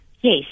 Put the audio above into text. Yes